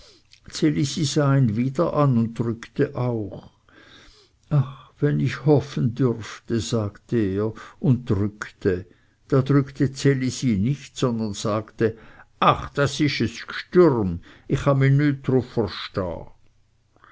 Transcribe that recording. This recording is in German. ihn wieder an und drückte auch ach wenn ich hoffen dürfte sagte er und drückte da drückte ds elisi nicht sondern sagte ach das isch es gstürm ih cha